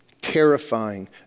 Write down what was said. terrifying